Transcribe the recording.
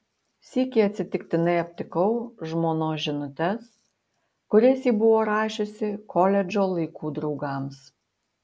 sykį atsitiktinai aptikau žmonos žinutes kurias ji buvo rašiusi koledžo laikų draugams